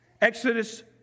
Exodus